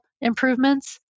improvements